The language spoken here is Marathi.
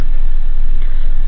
बरोबर